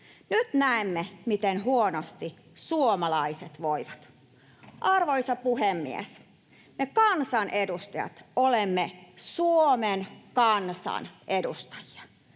Nyt näemme, miten huonosti suomalaiset voivat. Arvoisa puhemies! Me kansanedustajat olemme Suomen kansan edustajia.